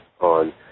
on